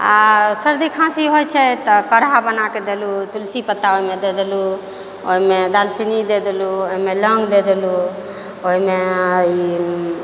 आ सर्दी खाँसी होइ छै तऽ काढ़ा बनाकऽ देलहुँ तुलसी पत्ता ओहिमे दऽ देलहुँ ओहिमे दालचीनी दऽ देलहुँ ओहिमे लौङ्ग दऽ देलहुँ ओहिमे ई